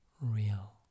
real